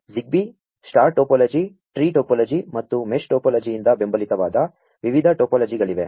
Zigbee star topology tree topology ಮತ್ತು mesh ಟೋ ಪೋ ಲಜಿಯಿಂ ದ ಬೆಂ ಬಲಿತವಾ ದ ವಿವಿಧ ಟೋ ಪೋ ಲಜಿಗಳಿವೆ